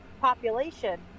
population